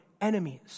enemies